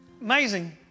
Amazing